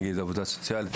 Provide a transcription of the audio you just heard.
נגיד עבודה סוציאלית,